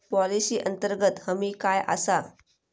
Policy अंतर्गत हमी काय आसा?